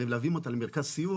מלווים אותה למרכז סיוע,